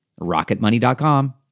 rocketmoney.com